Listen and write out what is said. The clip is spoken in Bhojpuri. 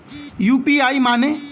यू.पी.आई माने?